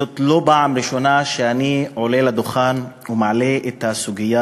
זאת לא הפעם הראשונה שאני עולה לדוכן ומעלה את הסוגיה